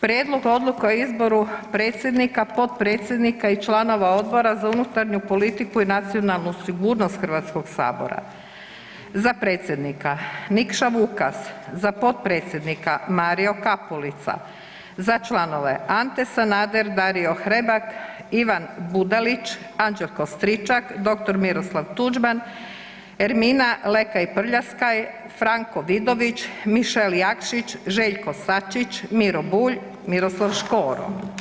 Prijedlog Odluke o izboru predsjednika, potpredsjednika i članova Odbora za unutarnju politiku i nacionalnu sigurnost Hrvatskog sabora, za predsjednika Nikša Vukas, za potpredsjednika Mario Kapulica, za članove Ante Sanader, Dario Hrebak, Ivan Budalić, Anđelko Stričak, dr. Miroslav Tuđman, Ermina Lekaj Prljaskaj, Franko Vidović, Mišel Jakšić, Željko Sačić, Miro Bulj, Miroslav Škoro.